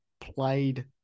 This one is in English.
played